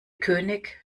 könig